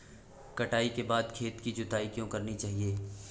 कटाई के बाद खेत की जुताई क्यो करनी चाहिए?